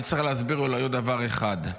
אני אצטרך להסביר אולי עוד דבר אחד.